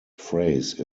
phrase